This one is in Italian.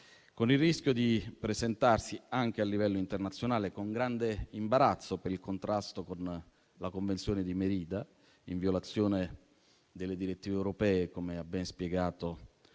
con il rischio di presentarsi anche a livello internazionale con grande imbarazzo per il contrasto con la Convenzione di Merida e in violazione delle direttive europee, come ha ben spiegato